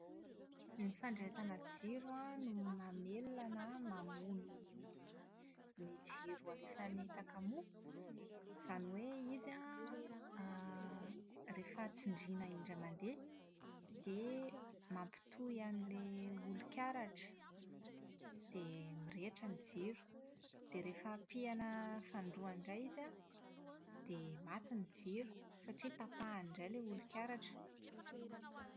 Ny fandrehetana jiro an no mamelona na mamono ny ny jiro alefan'ny takamoa, izany hoe izy an > rehefa tsindrina indray mandeha dia mampitohy an'ilay olik'aratra dia mirehitra ny jiro dia rehefa pihina fanindroany indray izy an dia maty ny jiro satria tapahany indray ilay olik'aratra.